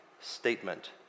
statement